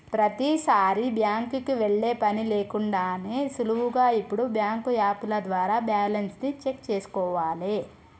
ప్రతీసారీ బ్యాంకుకి వెళ్ళే పని లేకుండానే సులువుగా ఇప్పుడు బ్యాంకు యాపుల ద్వారా బ్యాలెన్స్ ని చెక్ చేసుకోవాలే